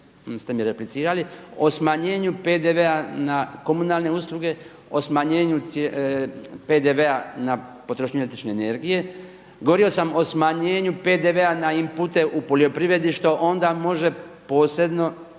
niste mi replicirali, o smanjenju PDV-a na komunalne usluge, o smanjenju PDV-a na potrošnju električne energije, govorio sam o smanjenju PDV-a na inpute u poljoprivredi što onda može posredno